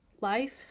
Life